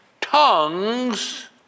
tongues